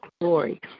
glory